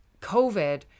COVID